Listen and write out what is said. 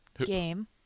game